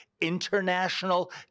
International